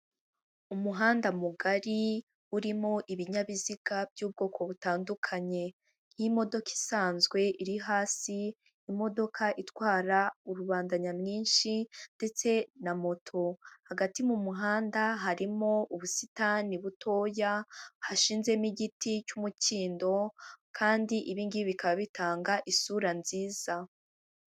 Umuhanda mugari urimo ibinyabiziga by'ubwoko butandukanye nk'imodoka isanzwe iri hasi, imodoka itwara rubanda nyamwinshi ndetse na moto, hagati mu muhanda harimo ubusitani butoya hashinzemo igiti cy'umukindo kandi ibi ngibi bikaba bitanga isura nziza.